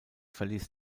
verließ